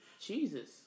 Jesus